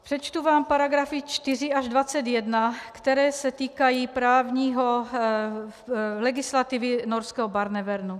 Přečtu vám paragrafy 4 až 21, které se týkají legislativy norského Barnevernu: